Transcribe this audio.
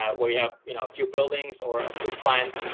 ah or you have you know a few buildings or a few plants.